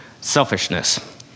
selfishness